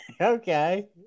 Okay